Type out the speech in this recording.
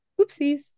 Oopsies